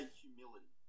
humility